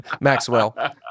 Maxwell